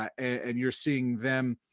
and you're seeing them